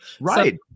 Right